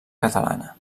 catalana